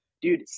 dude